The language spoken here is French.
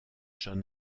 john